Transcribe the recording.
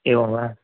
एवं वा